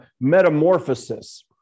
metamorphosis